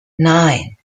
nine